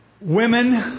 Women